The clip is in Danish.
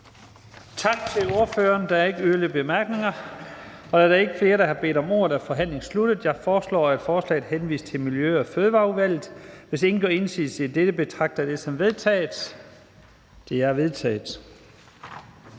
Tak til ordføreren. Der er ikke nogen korte bemærkninger. Da der ikke er flere, der har bedt om ordet, er forhandlingen sluttet. Jeg foreslår, at forslagene henvises til Miljø- og Fødevareudvalget. Hvis ingen gør indsigelse, betragter jeg dette som vedtaget. Det er vedtaget.